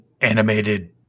animated